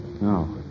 No